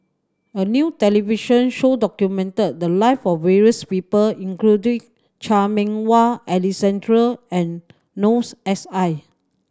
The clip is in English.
a new television show documented the live of various people including Chan Meng Wah Alexander and Noor S I